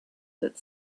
that